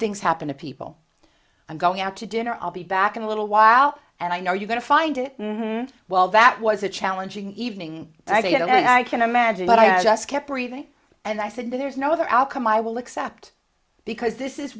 things happen to people i'm going out to dinner i'll be back in a little while and i know you're going to find it well that was a challenging evening i did it and i can imagine but i just kept breathing and i said there's no other outcome i will accept because this is